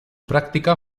práctica